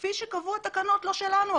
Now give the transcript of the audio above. כפי שקבעו התקנות,